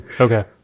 Okay